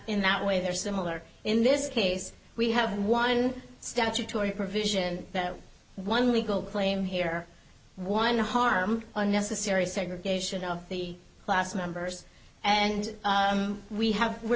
in that way they're similar in this case we have one statutory provision that one legal claim here one harm unnecessary segregation of the class members and we have we're